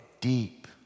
deep